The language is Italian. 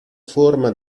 forma